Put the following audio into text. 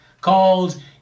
called